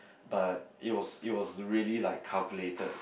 but it was it was really like calculated